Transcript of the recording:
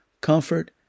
comfort